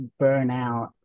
burnout